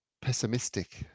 pessimistic